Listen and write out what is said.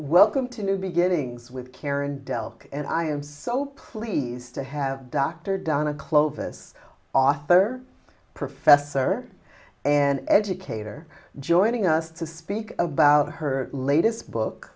welcome to new beginnings with karen dell and i am so pleased to have dr donna clovis author professor and educator joining us to speak about her latest book